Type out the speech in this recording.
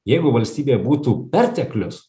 jeigu valstybėje būtų perteklius